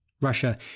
Russia